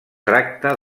tracta